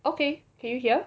okay can you hear